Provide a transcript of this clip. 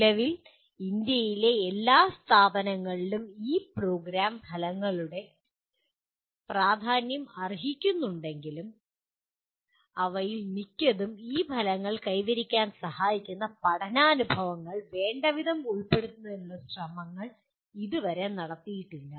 നിലവിൽ ഇന്ത്യയിലെ എല്ലാ സ്ഥാപനങ്ങളും ഈ പ്രോഗ്രാം ഫലങ്ങളുടെ പ്രാധാന്യം അംഗീകരിക്കുന്നുണ്ടെങ്കിലും അവയിൽ മിക്കതും ഈ ഫലങ്ങൾ കൈവരിക്കാൻ സഹായിക്കുന്ന പഠനാനുഭവങ്ങൾ വേണ്ടവിധം ഉൾപ്പെടുത്തുന്നതിനുള്ള ശ്രമങ്ങൾ ഇതുവരെ നടത്തിയിട്ടില്ല